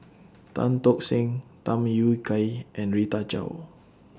Tan Tock Seng Tham Yui Kai and Rita Chao